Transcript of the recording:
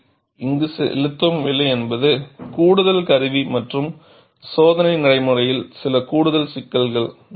நீங்கள் இங்கு செலுத்தும் விலை என்பது கூடுதல் கருவி மற்றும் சோதனை நடைமுறையில் சில கூடுதல் சிக்கல்கள்